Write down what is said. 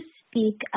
speak